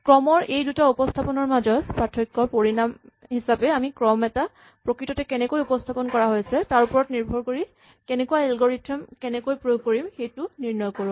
ক্ৰমৰ এই দুটা উপস্হাপনৰ মাজৰ পাৰ্থক্যৰ পৰিণাম হিচাপে আমি ক্ৰম এটা প্ৰকৃততে কেনেকৈ উপস্হাপন কৰা হৈছে তাৰ ওপৰত নিৰ্ভৰ কৰি কেনেকুৱা এলগৰিথম কেনেকৈ প্ৰয়োগ কৰিম সেইটো নিৰ্ণয় কৰোঁ